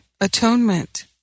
atonement